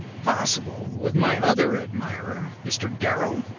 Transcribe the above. possible! with my other admirer, mr. darrell?